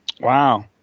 Wow